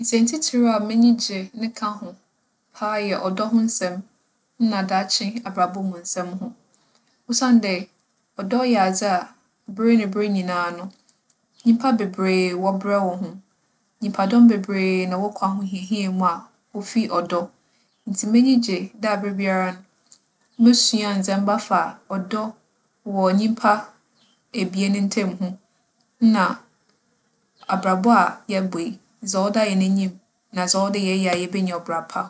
Nsɛntsitsir a m'enyi gye ne ka ho paa yɛ ͻdͻ ho nsɛm, nna daakye abrabͻ mu nsɛm ho. Osiandɛ, ͻdͻ yɛ adze a, ber nye ber nyina no, nyimpa beberee wͻberɛ wͻ ho. Nyimpadͻm beberee na wͻkͻ ahohiahia mu a ofi ͻdͻ. Ntsi m'enyi gye dɛ aberbiara no, mosua ndzɛmba afa ͻdͻ wͻ nyimpa ebien ntamu ho nna abrabͻ a yɛbͻ yi, dza ͻda hɛn enyim na dza ͻwͻ dɛ yɛyɛ a yebenya ͻbra pa.